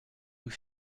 nous